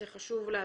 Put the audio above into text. זה חשוב להדגיש.